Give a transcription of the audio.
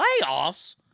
Playoffs